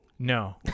No